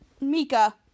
Mika